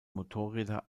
motorräder